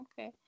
Okay